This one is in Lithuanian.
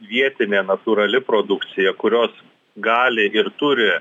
vietinė natūrali produkcija kurios gali ir turi